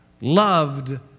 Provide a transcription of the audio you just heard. loved